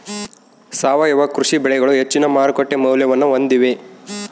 ಸಾವಯವ ಕೃಷಿ ಬೆಳೆಗಳು ಹೆಚ್ಚಿನ ಮಾರುಕಟ್ಟೆ ಮೌಲ್ಯವನ್ನ ಹೊಂದಿವೆ